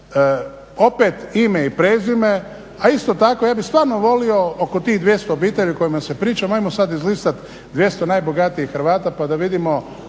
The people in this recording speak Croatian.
opet ime i prezime, a isto tako ja bih stvarno volio oko tih 200 obitelji o kojima se priča, ajmo sada izlistati 200 najbogatijih Hrvata pa da vidimo